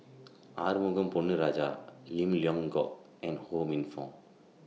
Arumugam Ponnu Rajah Lim Leong Geok and Ho Minfong